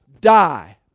die